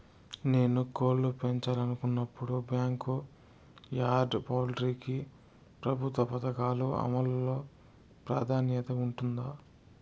నేను కోళ్ళు పెంచాలనుకున్నపుడు, బ్యాంకు యార్డ్ పౌల్ట్రీ కి ప్రభుత్వ పథకాల అమలు లో ప్రాధాన్యత ఉంటుందా?